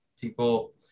People –